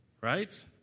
right